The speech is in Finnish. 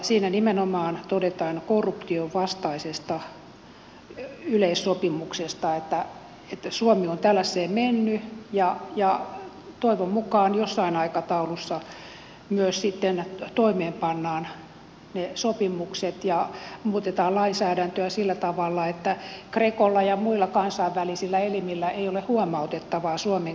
siinä nimenomaan todetaan korruption vastaisesta yleissopimuksesta että suomi on tällaiseen mennyt ja toivon mukaan jossain aikataulussa myös sitten toimeenpannaan ne sopimukset ja muutetaan lainsäädäntöä sillä tavalla että grecolla ja muilla kansainvälisillä elimillä ei ole huomautettavaa suomen käytäntöihin